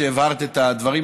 שהבהרת את הדברים,